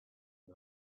and